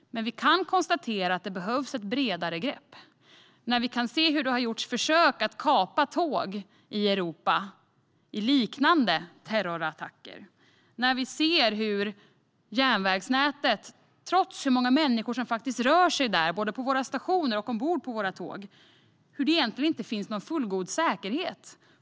Men vi kan konstatera att det behövs ett bredare grepp när vi ser att det har gjorts försök att kapa tåg i liknande terrorattacker i Europa och när vi ser att vårt järnvägsnät trots alla människor som rör sig där, både på våra stationer och ombord på våra tåg, inte har fullgod säkerhet.